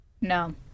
no